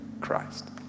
Christ